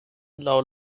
laŭ